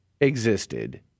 existed